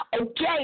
Okay